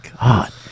God